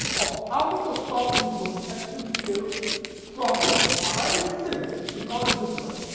of how to solve the most extreme-scale problems arising in algebra